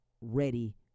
ready